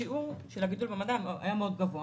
השיעור של הגידול במדד היה מאוד גבוה,